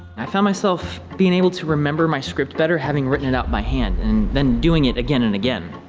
i found myself being able to remember my script better having written it out by hand and then doing it again and again,